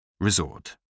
Resort